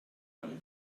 them